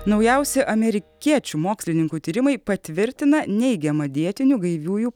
naujausi amerikiečių mokslininkų tyrimai patvirtina neigiamą dietinių gaiviųjų